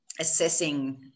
assessing